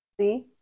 See